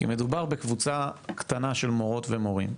כי מדובר בקבוצה קטנה של מורות ומורים.